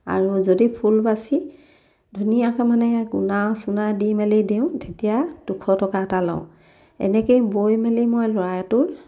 আৰু যদি ফুল বাচি ধুনীয়াকৈ মানে গুণা চোনা দি মেলি দিওঁ তেতিয়া দুশ টকা এটা লওঁ এনেকেই বৈ মেলি মই ল'ৰাটোৰ